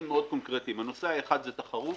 מאוד קונקרטיים: הנושא האחד הוא תחרות.